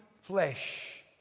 flesh